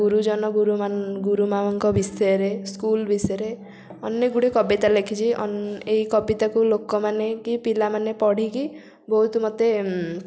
ଗୁରୁଜନ ଗୁରୁମାନ ଗୁରୁମାଙ୍କ ବିଷୟରେ ସ୍କୁଲ ବିଷୟରେ ଅନେକ ଗୁଡ଼ିଏ କବିତା ଲେଖିଛି ଏହି କବିତାକୁ ଲୋକମାନେ କି ପିଲାମାନେ ପଢ଼ିକି ବହୁତ ମୋତେ